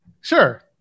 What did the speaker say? Sure